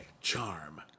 charm